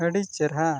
ᱟᱹᱰᱤ ᱪᱮᱨᱦᱟ